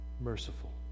merciful